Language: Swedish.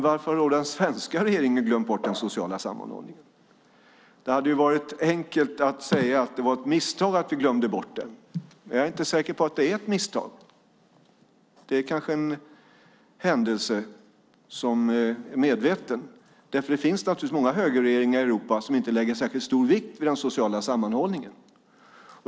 Varför har då den svenska regeringen glömt bort den sociala sammanhållningen? Det hade varit enkelt att säga att det var ett misstag att man glömde bort den. Men jag är inte säker på att det är ett misstag. Det är kanske en händelse som är medveten. Det finns naturligtvis många högerregeringar i Europa som inte lägger särskilt stor vikt vid den sociala sammanhållningen.